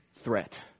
threat